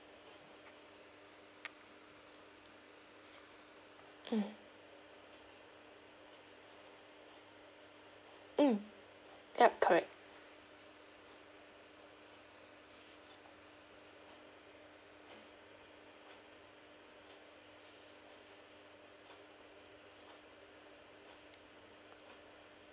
mm yup correct